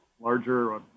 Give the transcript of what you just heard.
larger